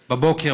בבוקר,